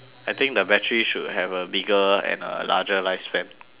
I think the battery should have a bigger and a larger lifespan